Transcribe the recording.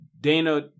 Dana